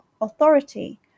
authority